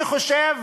אני חושב